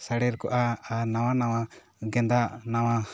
ᱥᱟᱲᱮᱨ ᱠᱚᱜᱼᱟ ᱟᱨ ᱱᱟᱶᱟ ᱱᱟᱶᱟ ᱜᱮᱫᱟᱜ ᱱᱟᱶᱟ